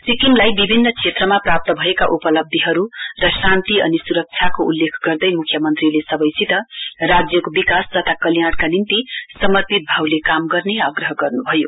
सिक्किमलाई विभिन्न क्षेत्रमा प्राप्त भएका उपलब्धीहरु र शान्ति अनि सुरक्षाको उल्लेख गर्दै मुख्यमन्त्रीले सबैसित राज्यको विकास तथा कल्याणको निम्ति समर्पित भावले काम गर्ने आग्रह गर्नुभयो